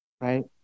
right